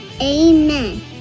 Amen